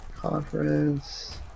Conference